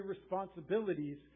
responsibilities